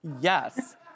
Yes